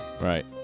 Right